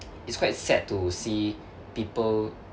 it's quite sad to see people